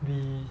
we